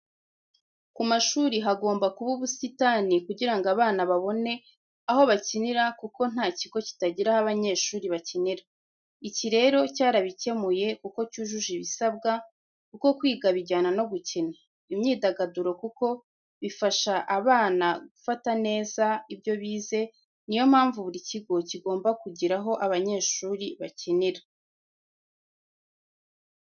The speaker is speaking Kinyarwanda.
Ku mashuri hagomba kuba ubusitani kugira ngo abana babone aho bakinira kuko nta kigo kitagira aho abanyeshuri bakinira. Iki rero cyarabikemuye kuko cyujuje ibisabwa kuko kwiga bijyana no gukina, imyidagaduro kuko bifasha abana gufata neza ibyo bize ni yo mpamvu buri kigo kigomba kugira aho abanyeshuri bakinira.